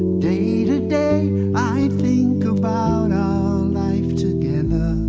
day-to-day i think about life together.